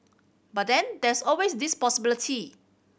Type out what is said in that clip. but then there's always this possibility